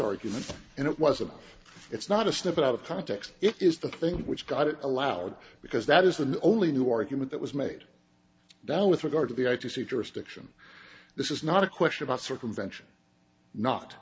argument and it wasn't it's not a step out of context it is the thing which got it allowed because that is the only new argument that was made down with regard to the i c c jurisdiction this is not a question about circumvention not